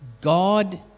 God